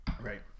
Right